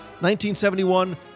1971